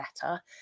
better